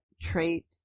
trait